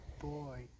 boy